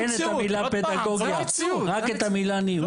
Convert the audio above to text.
אין את המילה "פדגוגיה"; רק את המילה: "ניהול".